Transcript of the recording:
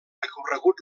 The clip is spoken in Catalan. recorregut